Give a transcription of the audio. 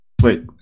Wait